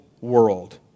world